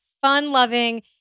fun-loving